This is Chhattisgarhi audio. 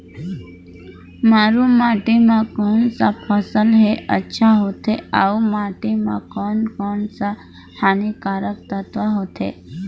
मारू माटी मां कोन सा फसल ह अच्छा होथे अउर माटी म कोन कोन स हानिकारक तत्व होथे?